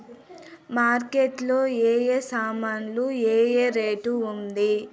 Market లో ఏ ఏ సామాన్లు ఏ ఏ రేటు ఉంది?